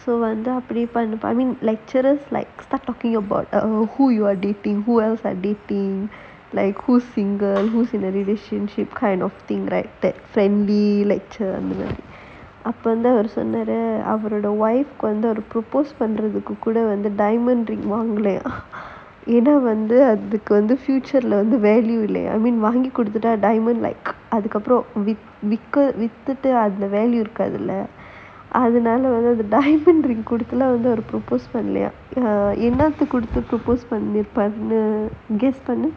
அப்டி பண்ணி பண்ணி:apdi panni panni lecturers like start talking about err who you were dating who else like are dating who single who's in a relationship kind of thing right that friendly lecture அந்த மாறி அப்ப வந்து அவரு சொன்னா அவரோட:antha maari appe vanthu avaru sonnaru avaroda wife வந்து:vanthu propose பண்ண வந்து:panna vanthu diamond வாங்கலயாம் ஏனா வந்து அது வந்து இல்லையாம் வாங்கி குடுத்துட்டா அதுக்கு அப்புறம் வித்துட்டா அது இருக்காதுள்ள அதுனால வந்து:vaangalayaam yaenaa vanthu athu vanthu illayaam vaangi kuduthutta athukku appuram vithutaa athu irukkaathula athunaala vanthu diamond குடுத்து எல்லாம் அவரு பண்ணலாம் அப்ப என்ன குடுத்து:kuduthu ellaam avaru appe enna kuduthu propose பண்ணி இருப்பார்னு:panni iruppaarnu guesss பண்ணு:pannu